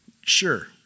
sure